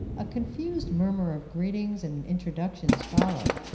a confused murmur of greetings and introductions followed,